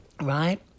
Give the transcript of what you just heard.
Right